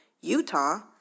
Utah